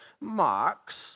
Marx